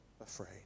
afraid